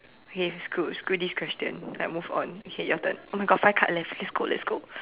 okay screw screw this question I move on okay your turn oh my God five card left let's go let's go